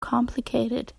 complicated